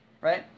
right